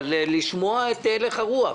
אבל לשמוע את הלך הרוח.